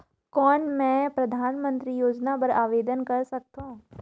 कौन मैं परधानमंतरी योजना बर आवेदन कर सकथव?